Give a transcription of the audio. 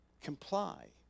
comply